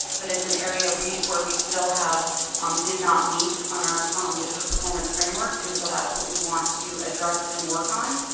but it's an area where we still have um did not meets on our um district performance framework. and so that's what we want to address and work on.